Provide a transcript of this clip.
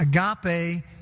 Agape